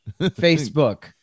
Facebook